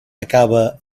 acaba